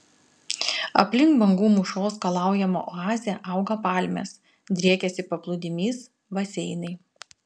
aplink bangų mūšos skalaujamą oazę auga palmės driekiasi paplūdimys baseinai